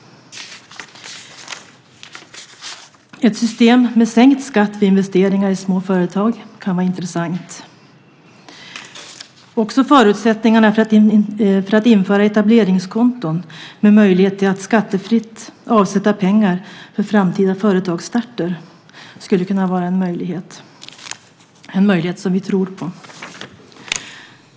Ett system med sänkt skatt för investeringar i små företag kan vara intressant. Också att förbättra förutsättningarna för att införa etableringskonton med möjlighet till att skattefritt avsätta pengar för framtida företagsstarter skulle kunna vara en möjlighet som vi tror på.